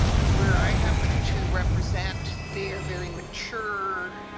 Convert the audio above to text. where i happen to represent, they are very mature,